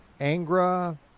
Angra